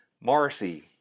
Marcy